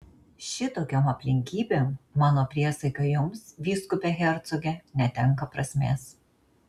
šitokiom aplinkybėm mano priesaika jums vyskupe hercoge netenka prasmės